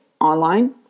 online